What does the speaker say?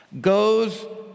goes